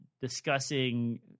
discussing